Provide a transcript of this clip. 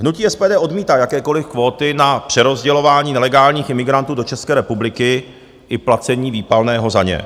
Hnutí SPD odmítá jakékoliv kvóty na přerozdělování nelegálních imigrantů do České republiky i placení výpalného za ně.